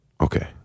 Okay